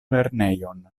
lernejon